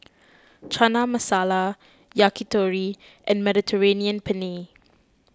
Chana Masala Yakitori and Mediterranean Penne